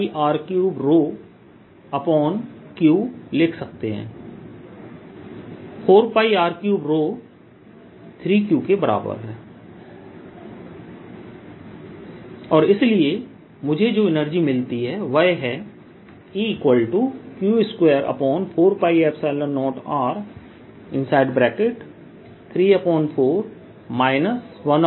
E12rdV14π03Q2R 12Qr2R312Q4π03Q2R 14 QR314π00Rρ4πr2drr2 Q24π0R 34 1R2144πR55QQ24π0R 34 14154πR3Q और इसलिए मुझे जो एनर्जी मिलती है वह है EQ24π0R34 1203QQ